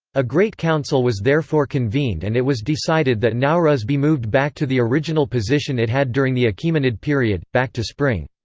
a great council was therefore convened and it was decided that nowruz be moved back to the original position it had during the achaemenid period back to spring.